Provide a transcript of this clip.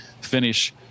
finish